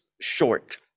short